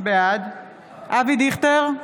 בעד אבי דיכטר,